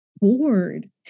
bored